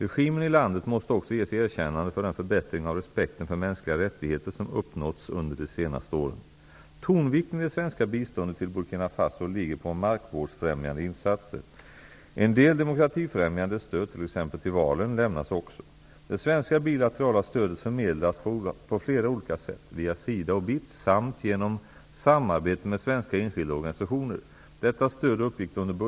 Regimen i landet måste också ges erkännande för den förbättring av respekten för mänskliga rättigheter som uppnåtts under de senaste åren. Tonvikten i det svenska biståndet till Burkina Faso ligger på markvårdsfrämjande insatser. En del demokratifrämjande stöd, t.ex. till valen, lämnas också. Det svenska bilalterala stödet förmedlas på flera olika sätt: via SIDA och BITS samt genom samarbete med svenska enskilda organisationer.